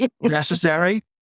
necessary